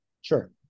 Sure